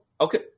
okay